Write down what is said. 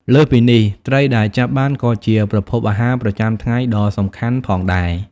លើសពីនេះ ត្រីដែលចាប់បានក៏ជាប្រភពអាហារប្រចាំថ្ងៃដ៏សំខាន់ផងដែរ។